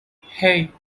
hey